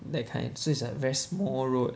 that kind so it's a very small road